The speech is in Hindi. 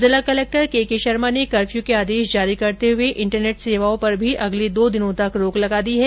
जिला कलेक्टर के के शर्मा ने कर्फ़यू के आदेश जारी करते हुए इंटरनेट सेवाओं पर भी अगले दो दिनों तक रोक लगा दी है